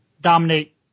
dominate